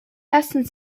lassen